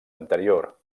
anterior